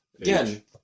Again